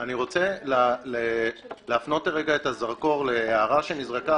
רוצה להפנות לרגע את הזרקור להערה שנזרקה